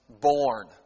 born